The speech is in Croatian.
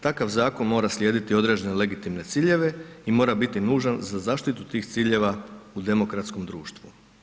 Takav zakon mora slijediti određene legitimne ciljeve i mora biti nužan za zaštitu tih ciljeva u demokratskom društvu.